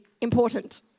important